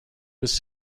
was